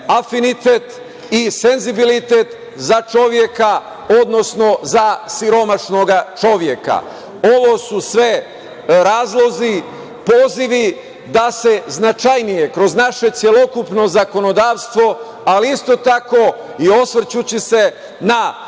afinitet i senzibilitet za čoveka, odnosno za siromašnog čoveka. Ovo su sve razlozi, pozivi da se značajnije, kroz naše celokupno zakonodavstvo, ali isto tako i osvrćući se na